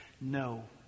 no